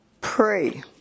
pray